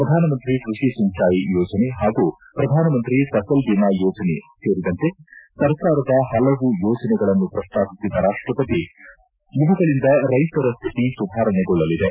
ಪ್ರಧಾನಮಂತ್ರಿ ಕೃಷಿ ಸಿಂಚಾಯಿ ಯೋಜನಾ ಹಾಗೂ ಪ್ರಧಾನಮಂತ್ರಿ ಫಸಲ್ ಬೀಮಾ ಯೋಜನೆ ಸೇರಿದಂತೆ ಸರ್ಕಾರದ ಹಲವು ಯೋಜನೆಗಳನ್ನು ಪ್ರಸ್ತಾಪಿಸಿದ ರಾಷ್ಟಪತಿ ಇವುಗಳಿಂದ ರೈತರ ಸ್ವಿತಿ ಸುಧಾರಣೆಗೊಳ್ಳಲಿದೆ